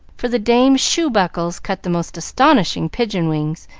for the dame's shoe-buckles cut the most astonishing pigeon-wings,